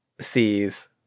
sees